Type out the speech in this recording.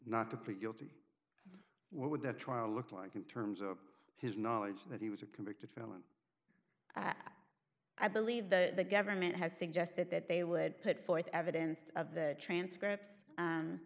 not to plead guilty what would the trial look like in terms of his knowledge that he was a convicted felon i believe the government has suggested that they would put forth evidence of the transcript